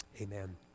Amen